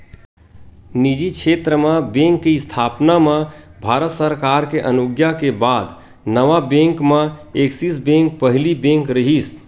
निजी छेत्र म बेंक के इस्थापना म भारत सरकार के अनुग्या के बाद नवा बेंक म ऐक्सिस बेंक पहिली बेंक रिहिस